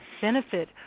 benefit